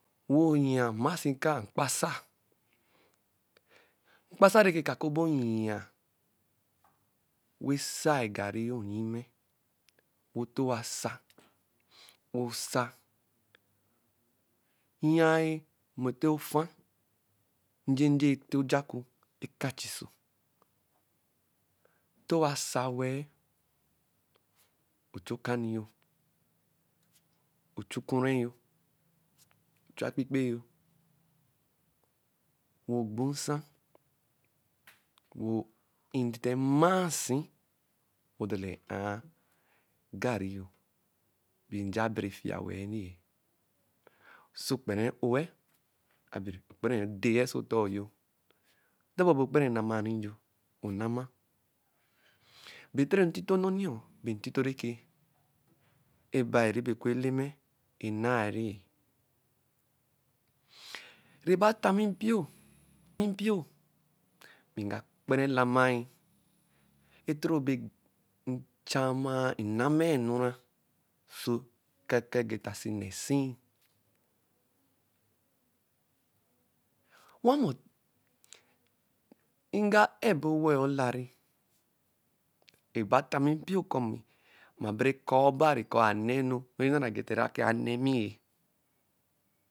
Wɛ oyia mmasi kaa mkpasa; mkpasa nẹ ka kɛ mpio yia, wẹ sai garri yo nnyimẹ. Wɛ ntɔ owa sa, wɛ osa, yiyain mɛ ete pfa njenje ete ojaku ekachi oso. Ntɔ owa sa-wɛ-ẹ ochu okani yo. ochu ekure yo, ochu akpikpe yo, wɛ ogbo nsa wɛ i-i ntite mmasi wɛ odala ɛ-aa garri yo. Bɛ nja abɛrɛ fia wẹ-ɛ ri-ɛ sɔ okpara e-oie, abɛ okpara ede-e ɔsɔ otor yo. dobor bɛ okpara e namaa ri yo, onama. Bẹ toro ntito noni-or bɛ ntito rɛ kɛ ebai nebe oku Eleme nenaari-ẹ. Neba ta mmi mpio, mpio bɛ nga kpara elamai e-toro bɛ nchama-a, nnama-a enura ɔso nnɛ esi-i. Owamɔ nga a-ebo ewɛ olarɛ neba tami mpio kɔ mmaboru ekạ obari kɔ ana-enu ni nnara egeta naa nɛmi-yɛ.